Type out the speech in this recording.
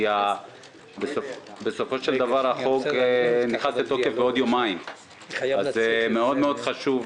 כי בסופו של דבר החוק נכנס לתוקף בעוד יומיים - זה מאוד מאוד חשוב.